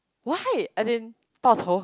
why as in pause hold